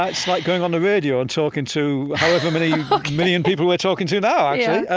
ah like going on the radio and talking to however many million people we're talking to now, yeah